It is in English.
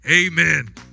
Amen